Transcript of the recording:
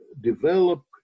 develop